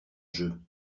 jeu